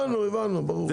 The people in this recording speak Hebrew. הבנו, הבנו, ברור.